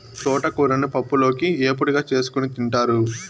తోటకూరను పప్పులోకి, ఏపుడుగా చేసుకోని తింటారు